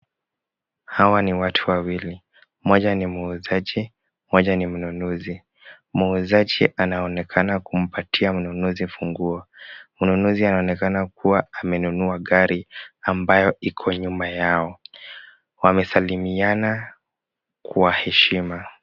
Hawa ni watu wawili. Mmoja ni muuzaji, mmoja ni mnunuzi. Muuzaji anaonekana kumpatia mnunuzi funguo. Mnunuzi anaonekana kuwa amenunua gari ambayo iko nyuma yao. Wamesalimiana kwa heshima.